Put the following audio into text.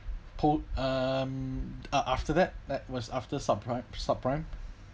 pro~ um ah after that that was after sub prime sub prime